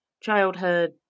childhood